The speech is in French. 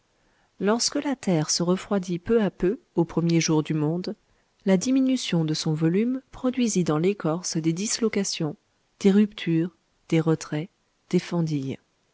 lorsque la terre se refroidit peu à peu aux premiers jours du monde la diminution de son volume produisit dans l'écorce des dislocations des ruptures des retraits